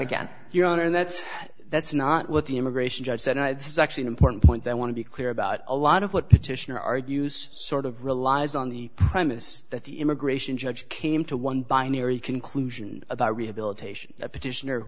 again your honor and that's that's not what the immigration judge said it's actually an important point i want to be clear about a lot of what petitioner argues sort of relies on the premise that the immigration judge came to one binary conclusion about rehabilitation the petition